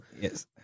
Yes